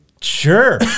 Sure